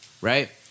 right